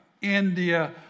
India